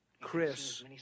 Chris